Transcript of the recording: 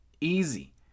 Easy